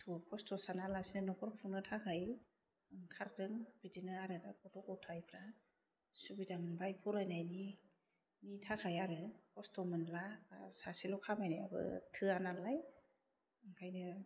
खस्थखौ खस्थ' साना लासे न'खर खुंनो थाखाय ओंखारदों बिदिनो आरो दा गथ' गथायफ्रा सुबिदा मोनबाय फरायनायनि थखाय आरो खस्थ' मोनला आर सासेल' खामायनायबो थोया नालाय ओंखायनो